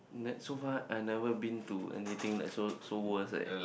ne~ so far I never been to anything like so so worse eh